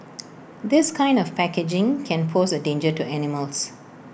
this kind of packaging can pose A danger to animals